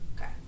Okay